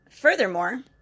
furthermore